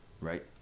right